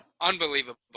Unbelievable